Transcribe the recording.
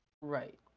Right